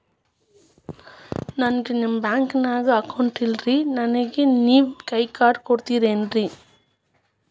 ನನ್ಗ ನಮ್ ಬ್ಯಾಂಕಿನ್ಯಾಗ ಅಕೌಂಟ್ ಇಲ್ರಿ, ನನ್ಗೆ ನೇವ್ ಕೈಯ ಕಾರ್ಡ್ ಕೊಡ್ತಿರೇನ್ರಿ?